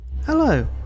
Hello